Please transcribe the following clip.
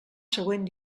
següent